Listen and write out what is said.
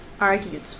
argued